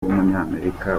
w’umunyamerika